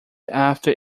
after